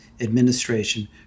Administration